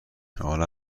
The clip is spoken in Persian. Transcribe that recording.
حالا